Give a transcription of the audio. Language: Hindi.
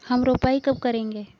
हम रोपाई कब करेंगे?